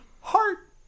Heart